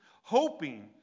hoping